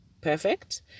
perfect